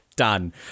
done